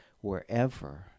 wherever